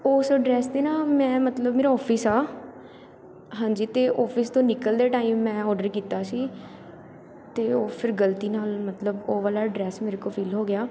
ਉਸ ਐਡਰੈਸ 'ਤੇ ਨਾ ਮੈਂ ਮਤਲਬ ਮੇਰਾ ਔਫਿਸ ਆ ਹਾਂਜੀ ਅਤੇ ਔਫਿਸ ਤੋਂ ਨਿਕਲਦੇ ਟਾਈਮ ਮੈਂ ਔਡਰ ਕੀਤਾ ਸੀ ਅਤੇ ਉਹ ਫਿਰ ਗਲਤੀ ਨਾਲ ਮਤਲਬ ਉਹ ਵਾਲਾ ਐਡਰੈਸ ਮੇਰੇ ਕੋਲੋਂ ਫਿਲ ਹੋ ਗਿਆ